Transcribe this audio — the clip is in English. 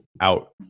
out